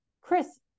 Chris